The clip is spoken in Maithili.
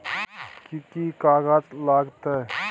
कि कि कागजात लागतै?